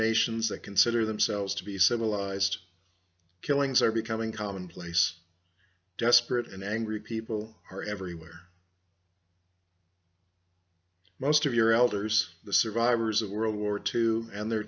nations that consider themselves to be civilized killings are becoming commonplace desperate and angry people are every where most of your elders the survivors of world war two and their